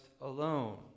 alone